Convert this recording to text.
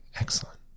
excellent